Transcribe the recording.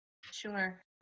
Sure